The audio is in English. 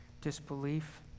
disbelief